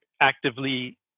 actively